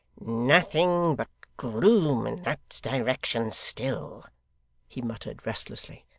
nothing but gloom in that direction, still he muttered restlessly.